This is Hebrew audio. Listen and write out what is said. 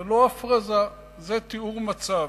זה לא הפרזה, זה תיאור מצב.